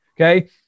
okay